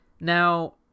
Now